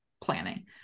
planning